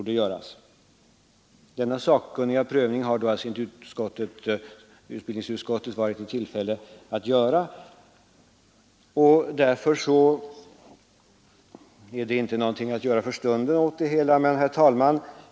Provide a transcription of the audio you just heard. Denna sakkunniga prövning har alltså inte utbildningsutskottet varit i tillfälle att företa, och därför är det inte någonting att göra åt det hela för stunden. Herr talman!